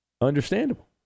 understandable